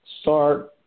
start